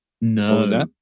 no